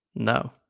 No